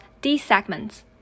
D-segments